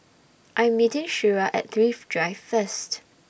I'm meeting Shira At Thrift Drive First